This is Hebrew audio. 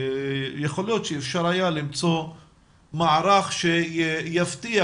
ויכול להיות שאפשר היה למצוא מערך שיבטיח